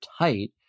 tight